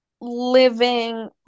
living